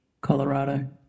Colorado